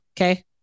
okay